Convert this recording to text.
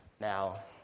Now